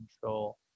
control